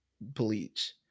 Bleach